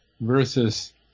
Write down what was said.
versus